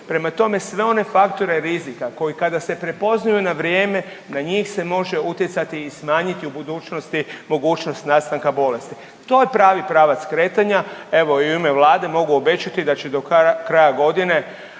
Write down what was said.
Prema tome, sve one faktore rizika koji kada se prepoznaju na vrijeme na njih se može utjecati i smanjiti u budućnosti mogućnost nastanka bolesti. To je pravi pravac kretanja. Evo i u ime Vlade mogu obećati da će do kraja godine